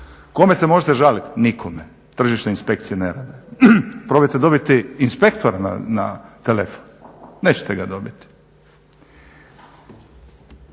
kome se možete žaliti? Nikome, tržišne inspekcije ne rade. Probajte dobiti inspektora na telefon, nećete ga dobiti.